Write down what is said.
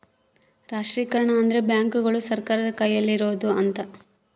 ರಾಷ್ಟ್ರೀಕರಣ ಅಂದ್ರೆ ಬ್ಯಾಂಕುಗಳು ಸರ್ಕಾರದ ಕೈಯಲ್ಲಿರೋಡು ಅಂತ